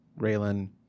Raylan